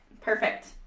Perfect